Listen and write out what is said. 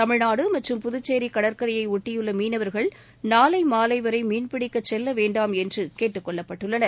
தமிழ்நாடு மற்றும் புதுச்சேரி கடற்கரையை ஒட்டியுள்ள மீனவர்கள் நாளை மாலை வரை மீன்பிடிக்க செல்ல வேண்டாம் என்று கேட்டுக் கொள்ளப்பட்டுள்ளனர்